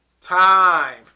time